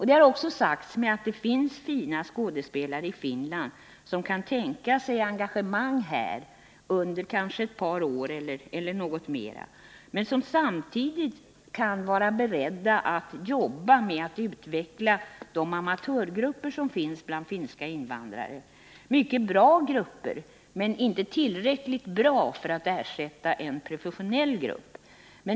; Det har också sagts mig att det finns fina skådespelare i Finland som kan tänka sig engagemang här under kanske ett par år eller något mera, och som samtidigt kan vara beredda att jobba med att utveckla de amatörgrupper som finns bland finska invandrare. Det är mycket bra grupper, men inte tillräckligt bra för att ersätta en professionell grupp.